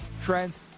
trends